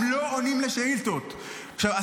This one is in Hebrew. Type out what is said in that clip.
אני תיכף אגיד לך את הדוברות האחרונה שלהם.